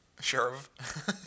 Sheriff